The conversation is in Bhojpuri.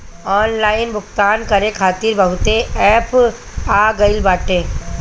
ऑनलाइन भुगतान करे खातिर बहुते एप्प आ गईल बाटे